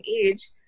age